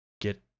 get